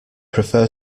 prefer